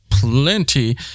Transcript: plenty